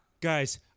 Guys